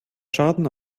schaden